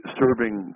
serving